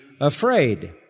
afraid